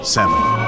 Seven